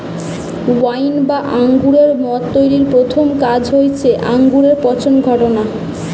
wine বা আঙুরের মদ তৈরির প্রথম কাজ হয়টে আঙুরে পচন ঘটানা